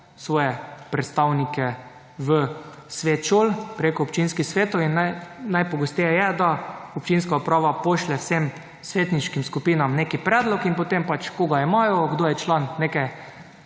svoje predstavnike v svet šol, preko občinskih svetov in najpogosteje je, da občinska uprava pošlje vsem svetniškim skupinam neki predlog in potem pač koga imajo, kdo je član neke